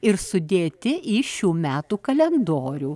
ir sudėti į šių metų kalendorių